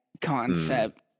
concept